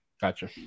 Gotcha